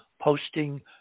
posting